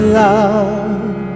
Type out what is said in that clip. love